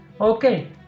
Okay